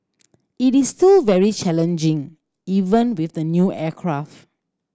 it is still very challenging even with the new aircraft